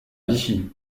vichy